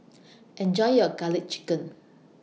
Enjoy your Garlic Chicken